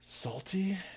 Salty